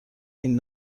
این